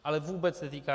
Ale vůbec netýká.